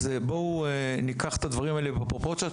אז בואו ניקח את הדברים האלה בפרופורציות,